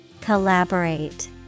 Collaborate